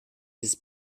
dieses